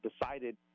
decided